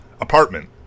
apartment